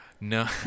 no